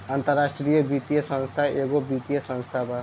अन्तराष्ट्रिय वित्तीय संस्था एगो वित्तीय संस्था बा